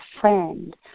friend